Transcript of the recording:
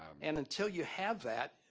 um and until you have that,